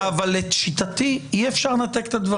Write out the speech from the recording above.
אבל לשיטתי, אי אפשר לנתק את הדברים.